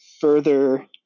further